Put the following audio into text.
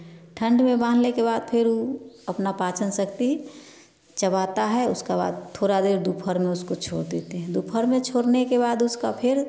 ठंड में बाँधने के बाद फिर वह अपना पाचन शक्ति चबाता है उसका बाद थोड़ा देर दोपहर में उसको छोड़ देते हैं दोपहर में छोड़ने के बाद उसका फिर